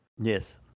Yes